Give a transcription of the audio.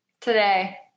today